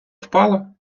впало